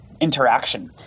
interaction